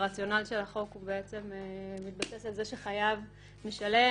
הרציונל של החוק מתבסס על זה שחייב משלם